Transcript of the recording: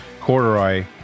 Corduroy